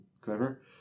clever